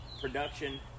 production